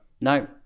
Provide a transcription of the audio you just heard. no